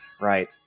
right